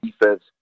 defense